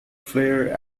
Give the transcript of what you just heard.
flair